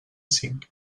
cinc